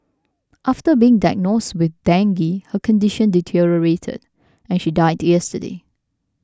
after being diagnosed with dengue her condition deteriorated and she died yesterday